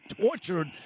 tortured